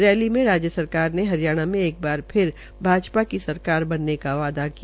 rally में राज्य सरकार ने हरियाणा में एक बार फिर से भाजपा की सरकार बनाने का वादा किया